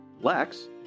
Lex